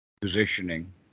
Positioning